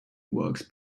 works